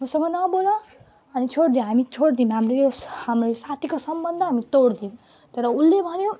मसँग नबोल अनि छोडिद्यौ हामी छोडिदिऊँ हाम्रो यो हाम्रो यो साथीको सम्बन्ध हामी तोडिदिऊँ तर उसले भन्यो